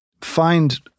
find